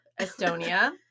Estonia